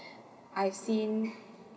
I seen